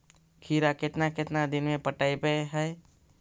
खिरा केतना केतना दिन में पटैबए है?